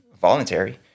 voluntary